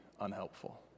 unhelpful